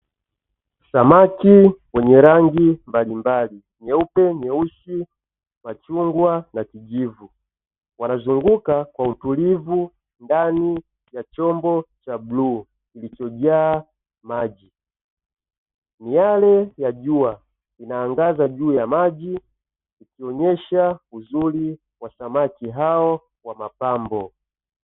Samaki wenye rangi mbalimbali nyeupe, nyeusi, machungwa na kijivu, wanazunguka kwa utulivu ndani ya chombo cha bluu kilichojaa maji. Miale ya jua inaangaza juu ya maji ikionyesha uzuri wa samaki hao wa mapambo.